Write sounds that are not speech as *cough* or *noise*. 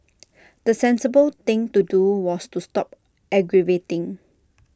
*noise* the sensible thing to do was to stop aggravating